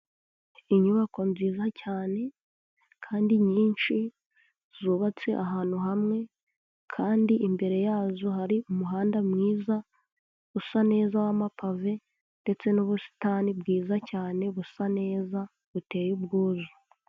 Inyubako nziza cyane, kandi nyinshi, zubatse ahantu hamwe, kandi imbere yazo hari umuhanda mwiza, usa neza w'amapave, ndetse n'ubusitani bwiza cyane busa neza, buteye ubwuzu.